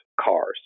cars